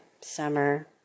summer